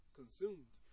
consumed